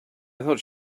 thought